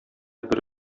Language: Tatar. бер